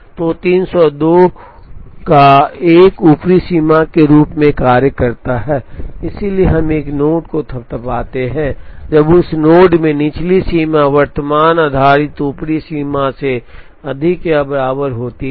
तो 302 एक ऊपरी सीमा के रूप में कार्य करता है इसलिए हम एक नोड को थपथपाते हैं जब उस नोड में निचली सीमा वर्तमान आधारित ऊपरी सीमा से अधिक या बराबर होती है